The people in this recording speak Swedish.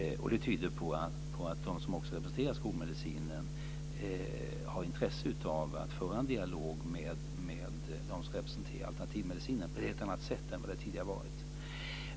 Det tyder på att de som representerar skolmedicinen har intresse av att föra en dialog med dem som representerar alternativmedicinen, på ett helt annat sätt än tidigare.